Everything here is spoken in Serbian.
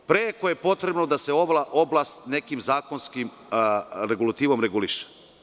Preko je potrebno da se ova oblast nekom zakonskom regulativom reguliše.